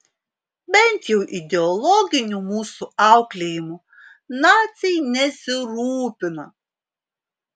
bent jau ideologiniu mūsų auklėjimu naciai nesirūpino